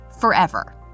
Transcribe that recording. forever